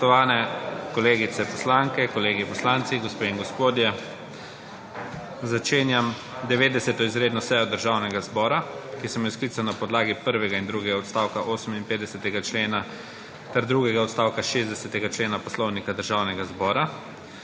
Spoštovane kolegice poslanke, kolegi poslanci, gospe in gospodje! Začenjam 90. izredno sejo Državnega zbora, ki sem jo sklical na podlagi prvega in drugega odstavka 58. člena ter drugega odstavka 60. člena Poslovnika Državnega zbora.